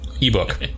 ebook